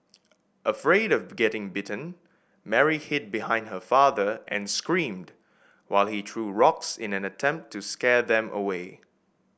afraid of getting bitten Mary hid behind her father and screamed while he threw rocks in an attempt to scare them away